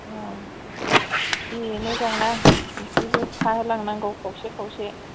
औ दे मोजां ना बिदिबो थाहो लांनांगौ खावसे खावसे